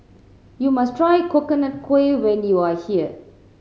you must try Coconut Kuih when you are here